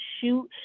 shoot